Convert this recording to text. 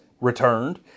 returned